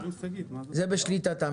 זה בשליטתם.